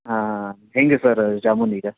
ಹಾಂ ಹಾಂ ಹೇಗೆ ಸರ್ ಜಾಮೂನು ಈಗ